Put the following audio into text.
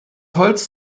holz